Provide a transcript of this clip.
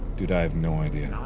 dude, i have no idea.